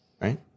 Right